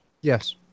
Yes